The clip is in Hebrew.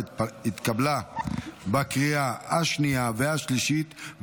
התקבלה בקריאה שנייה והשלישית,